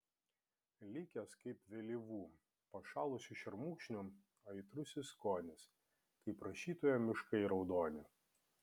likęs kaip vėlyvų pašalusių šermukšnių aitrusis skonis kaip rašytojo miškai raudoni